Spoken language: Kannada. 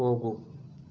ಹೋಗು